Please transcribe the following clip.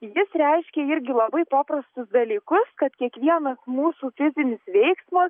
jis reiškia irgi labai paprastus dalykus kad kiekvienas mūsų fizinis veiksmas